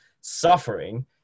suffering